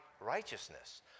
righteousness